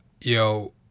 yo